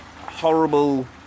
horrible